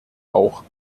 auch